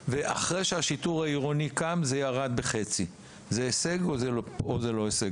ואחרי שהשיטור העירוני הוקם זה ירד בחצי - זה הישג או שזה לא הישג?